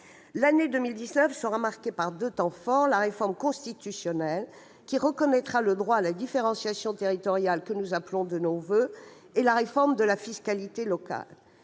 L'année 2019 sera marquée par deux temps forts : la réforme constitutionnelle, qui reconnaît le droit à la différenciation territoriale, que nous appelons de nos voeux, et la réforme de la fiscalité locale.